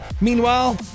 Meanwhile